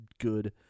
Good